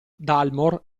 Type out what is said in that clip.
dalmor